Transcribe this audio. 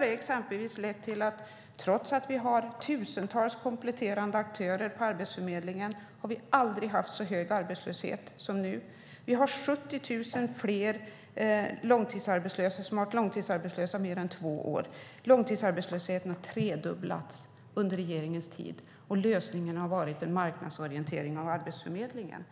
Det har lett till att vi, trots att vi har tusentals kompletterande aktörer på Arbetsförmedlingen, aldrig har haft så hög arbetslöshet som nu. Vi har 70 000 fler långtidsarbetslösa som har varit arbetslösa i mer än två år. Långtidsarbetslösheten har tredubblats under regeringens tid. Lösningen har varit en marknadsorientering av Arbetsförmedlingen.